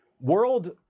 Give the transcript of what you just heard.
world